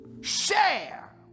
Share